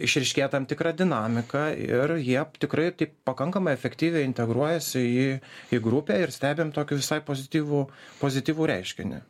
išryškėja tam tikra dinamika ir jie tikrai taip pakankamai efektyviai integruojasi į į grupę ir stebim tokį visai pozityvų pozityvų reiškinį